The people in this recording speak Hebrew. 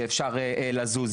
שאפשר לזוז.